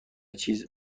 چیز